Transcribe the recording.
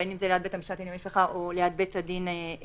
בין אם זה ליד בית המשפט לענייני משפחה או ליד בית הדין הדתי.